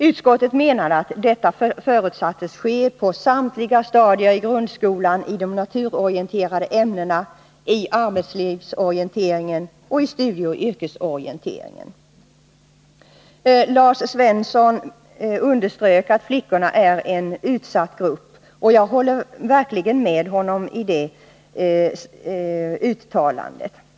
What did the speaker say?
Utskottet menade att detta förutsattes ske på samtliga stadier i grundskolan i de naturorienterande ämnena, arbetslivsorienteringen och studieoch yrkesorienteringen. Lars Svensson underströk att flickorna är en utsatt grupp. Jag håller verkligen med honom om detta.